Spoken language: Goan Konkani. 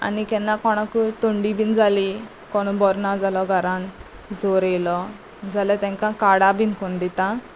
आनी केन्ना कोणाक थंडी बीन जाली कोण बरो ना जालो घरान जोर येयलो जाल्यार तांकां काडा बीन करून दितां